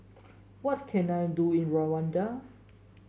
what can I do in Rwanda